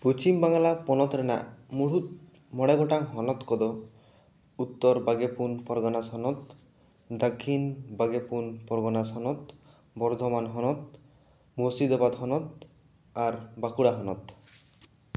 ᱯᱚᱪᱷᱤᱢ ᱵᱟᱝᱞᱟ ᱯᱚᱱᱚᱛ ᱨᱮᱱᱟᱜ ᱢᱩᱬᱩᱫ ᱢᱚᱬᱮ ᱜᱚᱴᱟᱜ ᱦᱚᱱᱚᱛ ᱠᱚ ᱫᱚ ᱩᱛᱛᱚᱨ ᱵᱟᱜᱮᱯᱩᱱ ᱯᱚᱨᱜᱚᱱᱟ ᱥᱚᱱᱚᱛ ᱫᱚᱠᱠᱷᱤᱱ ᱵᱟᱜᱮᱯᱩᱱ ᱯᱚᱨᱜᱚᱱᱟ ᱥᱚᱱᱚᱛ ᱵᱚᱨᱫᱷᱢᱟᱱ ᱦᱚᱱᱚᱛ ᱢᱩᱨᱥᱤᱫᱟᱵᱟᱫᱽ ᱦᱚᱱᱚᱛ ᱟᱨ ᱵᱟᱸᱠᱩᱲᱟ ᱦᱚᱱᱚᱛ